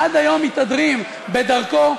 עד היום מתהדרים בדרכו,